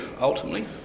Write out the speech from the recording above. ultimately